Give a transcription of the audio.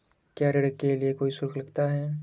क्या ऋण के लिए कोई शुल्क लगता है?